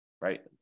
right